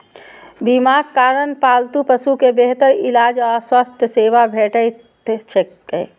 बीमाक कारण पालतू पशु कें बेहतर इलाज आ स्वास्थ्य सेवा भेटैत छैक